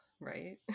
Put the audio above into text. right